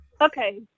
Okay